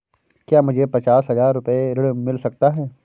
क्या मुझे पचास हजार रूपए ऋण मिल सकता है?